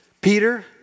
Peter